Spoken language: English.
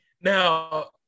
Now